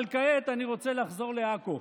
אבל כעת אני רוצה לחזור לעכו.